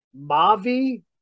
Mavi